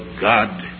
God